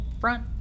front